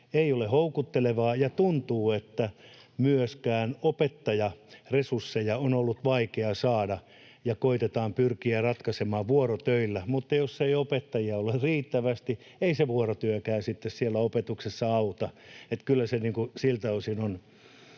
ei ole houkuttelevaa ja tuntuu, että myöskin opettajaresursseja on ollut vaikea saada ja niitä koetetaan pyrkiä ratkaisemaan vuorotöillä, mutta jos ei opettajia ole riittävästi, ei se vuorotyökään sitten siellä opetuksessa auta. Kyllä se siltä osin on